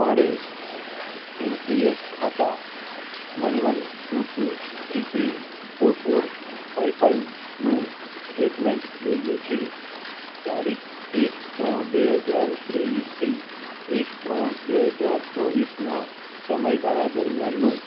મારે એનપીએસ ખાતા one one two two three three four four five ફાઇવનું statement જોઈએ છે તારીખ એક ત્રણ બે હજાર ત્રેવીસથી એક ત્રણ બે હજાર ચોવીસના સમયગાળા દરમિયાનનું